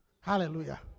Hallelujah